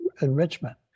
enrichment